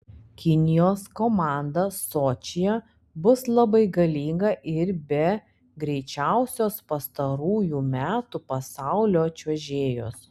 kinijos komanda sočyje bus labai galinga ir be greičiausios pastarųjų metų pasaulio čiuožėjos